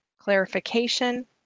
clarification